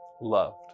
loved